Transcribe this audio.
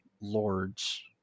lords